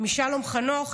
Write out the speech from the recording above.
משלום חנוך,